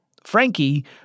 Frankie